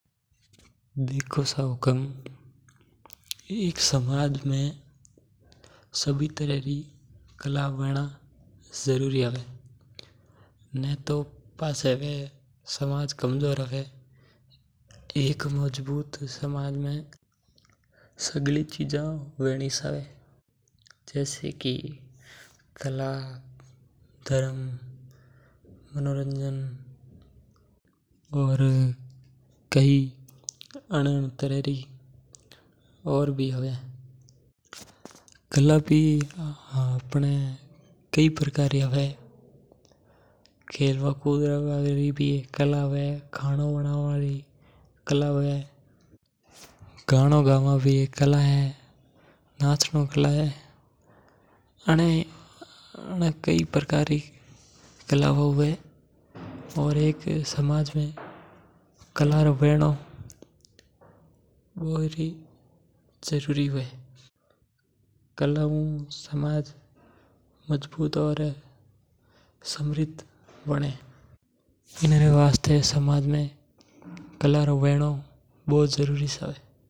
एक समाज में सभी तरह री कला होवनी चाही जे नी तो वो समाज कमजोर हो जावे। एक मजबूत समाज में सगळी चीजा होवनी चाही जेसै कि कला, धर्म, मनोरंजन वगेरा सब। कला सबा हु जरूरी कड़ी है समाज री और कला काई प्रकार री होवे जेसै खानो बनावा री भी एक कला होवे जेसै खेलनो गावनो इत्यादि।